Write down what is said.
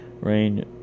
rain